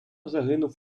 загинув